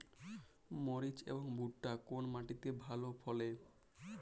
মরিচ এবং ভুট্টা কোন মাটি তে ভালো ফলে?